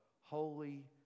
holy